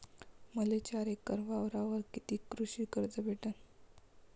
मले चार एकर वावरावर कितीक कृषी कर्ज भेटन?